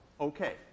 Okay